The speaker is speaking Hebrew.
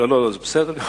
לא, לא, זה בסדר גמור.